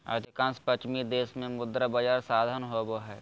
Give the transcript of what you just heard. अधिकांश पश्चिमी देश में मुद्रा बजार साधन होबा हइ